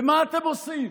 ומה אתם עושים?